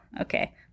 okay